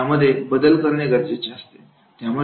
याच्यामध्ये बदल करणे गरजेचे आहे